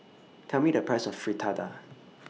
Tell Me The Price of Fritada